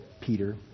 Peter